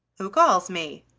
who calls me?